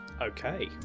Okay